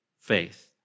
faith